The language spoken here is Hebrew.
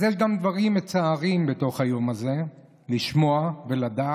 אז יש גם דברים מצערים בתוך היום הזה לשמוע ולדעת,